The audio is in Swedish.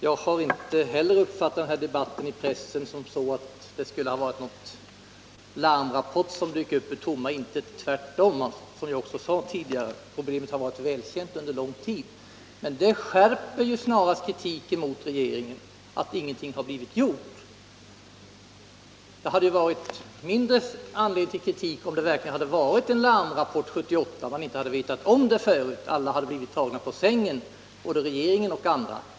Jag har inte heller uppfattat debatten i pressen så att någon larmrapport skulle ha dykt upp ur tomma intet. Tvärtom — problemet har varit välkänt under en lång tid. Men det skärper ju snarare kritiken mot regeringen för att ingenting har blivit gjort. Det hade varit mindre anledning till kritik om det verkligen hade varit en larmrapport som kom 1978, om man inte hade känt till saken tidigare, om alla — regeringen och andra — då hade blivit tagna på sängen.